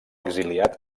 exiliat